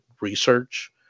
research